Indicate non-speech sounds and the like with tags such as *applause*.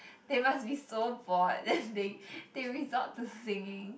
they must be so bored then *noise* they they resort to singing